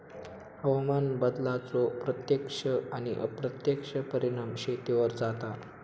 हवामान बदलाचो प्रत्यक्ष आणि अप्रत्यक्ष परिणाम शेतीवर जाता